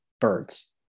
birds